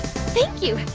thank you,